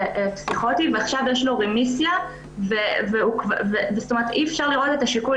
פסיכוטי ועכשיו יש לו רמיסיה ואי אפשר לראות את שיקול